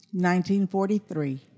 1943